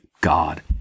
God